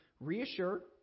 reassure